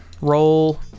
Roll